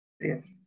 Yes